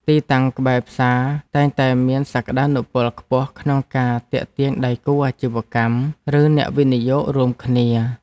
ទីតាំងក្បែរផ្សារតែងតែមានសក្តានុពលខ្ពស់ក្នុងការទាក់ទាញដៃគូអាជីវកម្មឬអ្នកវិនិយោគរួមគ្នា។